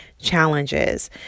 challenges